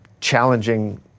challenging